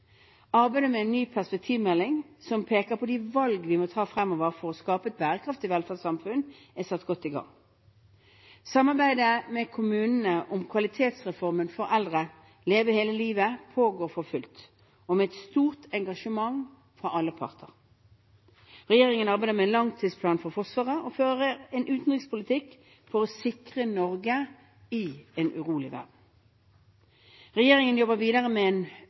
Arbeidet med en ny perspektivmelding som peker på de valg vi må ta fremover for å skape et bærekraftig velferdssamfunn, er godt i gang. Samarbeidet med kommunene om kvalitetsreformen for eldre, Leve hele livet, pågår for fullt – og med et stort engasjement fra alle parter. Regjeringen arbeider med en langtidsplan for Forsvaret og fører en utenrikspolitikk for å sikre Norge i en urolig verden. Regjeringen jobber videre med en